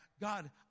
God